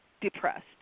depressed